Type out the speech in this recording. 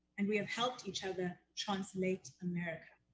and we have helped each other translate america.